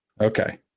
Okay